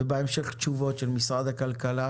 ובהמשך תשובות של משרד הכלכלה